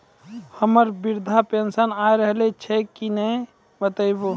हमर वृद्धा पेंशन आय रहल छै कि नैय बताबू?